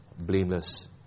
blameless